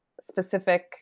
specific